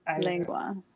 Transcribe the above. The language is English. lengua